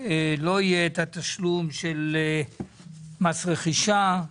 על כך שלא יהיה את התשלום של מס רכישה.